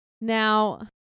Now